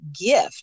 gift